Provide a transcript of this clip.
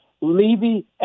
Levy